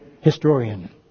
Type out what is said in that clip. historian